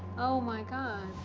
oh, my god.